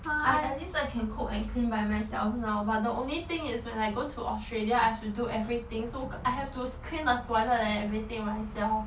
I at least I can cook and clean by myself now but the only thing is when I go to australia I have to do everything so I have to clean the toilet and everything by myself